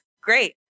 Great